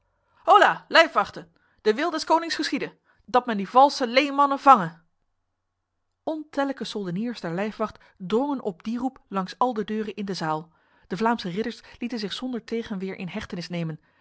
de wil des konings geschiede dat men die valse leenmannen vange ontellijke soldeniers der lijfwacht drongen op die roep langs al de deuren in de zaal de vlaamse ridders lieten zich zonder tegenweer in hechtenis nemen